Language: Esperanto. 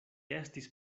estis